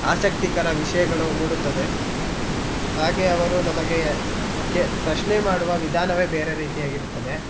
ಆಸಕ್ತಿಕರ ವಿಷಯಗಳು ಮೂಡುತ್ತದೆ ಹಾಗೇ ಅವರು ನಮಗೆ ಕೆ ಪ್ರಶ್ನೆ ಮಾಡುವ ವಿಧಾನವೇ ಬೇರೆ ರೀತಿಯಾಗಿರುತ್ತದೆ